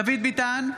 דוד ביטן,